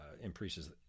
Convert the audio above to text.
increases